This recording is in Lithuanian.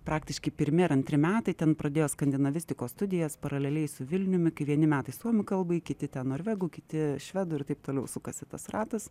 praktiškai pirmi ar antri metai ten pradėjo skandinavistikos studijas paraleliai su vilniumi kai vieni metai suomių kalbai kiti ten norvegų kiti švedų ir taip toliau sukasi tas ratas